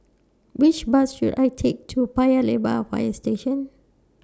Which Bus should I Take to Paya Lebar Fire Station